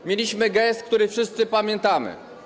A mieliśmy gest, który wszyscy pamiętamy.